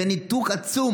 זה ניתוק עצום.